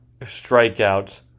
strikeouts